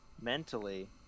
mentally